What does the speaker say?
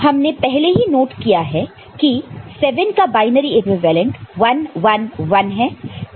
तो हमने पहले ही नोट किया है की 7 का बायनरी इक्विवेलेंट 1 1 1 है